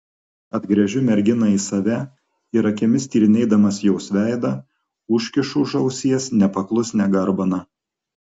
atgręžiu merginą į save ir akimis tyrinėdamas jos veidą užkišu už ausies nepaklusnią garbaną